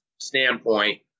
standpoint